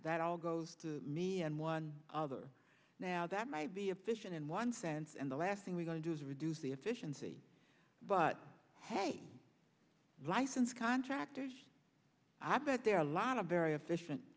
that all goes to me and one other now that might be a vision in one sense and the last thing we going to do is reduce the efficiency but hey license contractors i bet there are a lot of very efficient